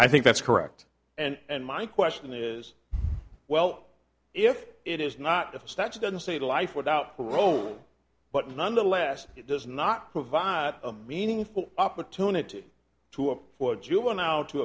i think that's correct and my question is well if it is not if the statute doesn't say to life without parole but nonetheless it does not provide a meaningful opportunity to a juvenile to